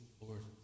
Lord